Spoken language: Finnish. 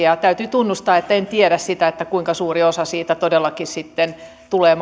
täytyy tunnustaa että en tiedä sitä kuinka suuri osa maksuista todellakin sitten tulee